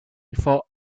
before